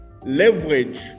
leverage